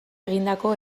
egindako